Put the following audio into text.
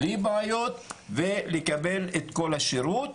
בלי בעיות ולקבל את כל השירות.